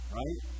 right